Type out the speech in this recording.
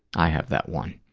i have that one.